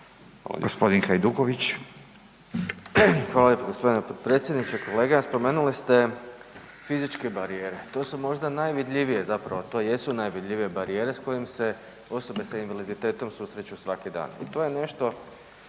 Hvala lijepo gospodine potpredsjedniče. Kolega spomenuli ste fizičke barijera, to su možda najvidljivije zapravo to jesu najvidljivije barijere s kojim se osobe s invaliditetom susreću svaki dan.